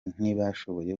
ntibashoboye